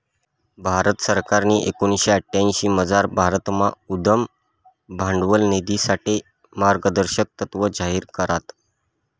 भारत सरकारनी एकोणीशे अठ्यांशीमझार भारतमा उद्यम भांडवल निधीसाठे मार्गदर्शक तत्त्व जाहीर करात